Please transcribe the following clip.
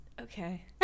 okay